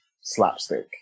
slapstick